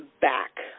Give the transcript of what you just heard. back